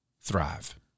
thrive